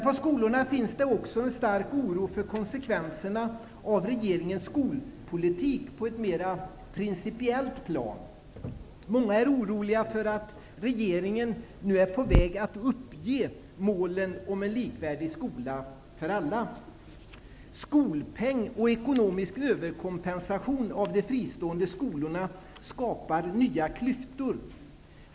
På skolorna finns också en stark oro för konsekvenserna av regeringens skolpolitik på ett mera principiellt plan. Många är oroliga för att regeringen nu är på väg att uppge målen om en likvärdig skola för alla. Skolpeng och ekonomisk överkompensation av de fristående skolorna skapar nya klyftor.